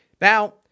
Now